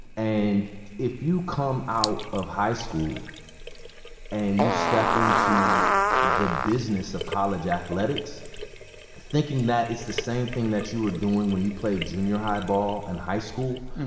and if you come out of high school and you step into the business of college athletics thinking that it's the same thing that you were doing when you played junior-high ball and high school,